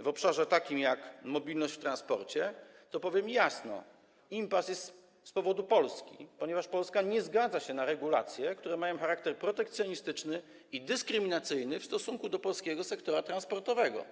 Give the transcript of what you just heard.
w obszarze takim jak mobilność w transporcie, to powiem jasno: impas jest z powodu Polski, ponieważ Polska nie zgadza się na regulacje, które mają charakter protekcjonistyczny i dyskryminacyjny w stosunku do polskiego sektora transportowego.